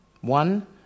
One